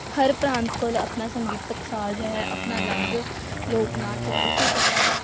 ਹਰ ਪ੍ਰਾਂਤ ਕੋਲ ਆਪਣਾ ਸੰਗੀਤਕ ਸਾਜ ਹੈ ਆਪਣਾ ਅਲੱਗ ਲੋਕ ਨਾਚ ਹੈ ਉਸ ਤਰ੍ਹਾਂ